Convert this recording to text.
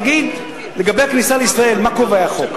נגיד, לגבי הכניסה לישראל, מה קובע החוק?